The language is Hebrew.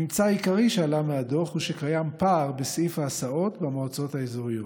הממצא העיקרי שעלה מהדוח הוא שקיים פער בסעיף ההסעות במועצות האזוריות.